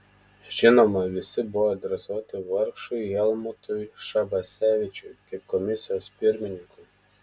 žinoma visi buvo adresuoti vargšui helmutui šabasevičiui kaip komisijos pirmininkui